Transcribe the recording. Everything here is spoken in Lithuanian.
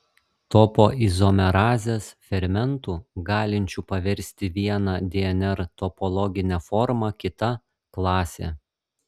topoizomerazės fermentų galinčių paversti vieną dnr topologinę formą kita klasė